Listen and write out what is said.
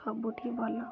ସବୁଠି ଭଲ